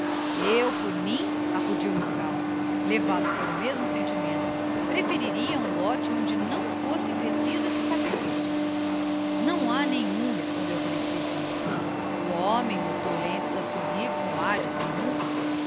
eu por mim acudiu milkau levado pelo mesmo sentimento preferiria um lote onde não fosse preciso esse sacrifício não ha nenhum respondeu felicissimo o homem notou lentz a sorrir com ar de triumpho